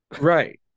Right